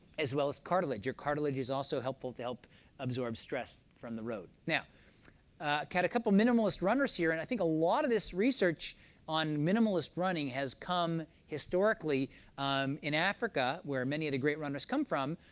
as well as cartilage. your cartilage is also helpful to help absorb stress from the road. now had a kind of couple minimalist runners here, and i think a lot of this research on minimalist running has come historically um in africa, where many of the great runners come from.